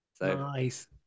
Nice